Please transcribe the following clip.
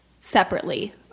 separately